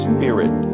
Spirit